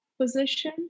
position